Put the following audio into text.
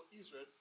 israel